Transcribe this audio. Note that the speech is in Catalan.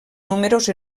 números